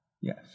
Yes